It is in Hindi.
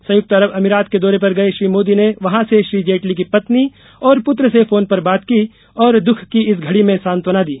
संयुक्त अरब अभिरात के दौरे पर गये श्री मोदी ने वहां से श्री जेटली की पत्नी और पुत्र से फोन पर बात की और दुःख की इस घड़ी में सांत्वना दी